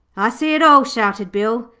i see it all shouted bill,